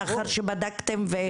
לאחר שבדקתם?